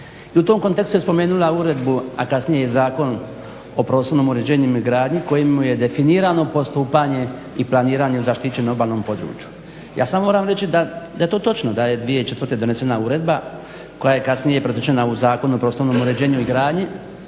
u tom kontekstu je spomenula uredbu, a kasnije i Zakon o prostornom uređenju i gradnji kojim je definirano postupanje i planiranje u zaštićenom obalnom području. Ja sad moram reći da je to točno da je 2004. donesena uredba koja je kasnije pretočena u Zakon o prostornom uređenju i gradnji